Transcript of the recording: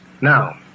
now